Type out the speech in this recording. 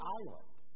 island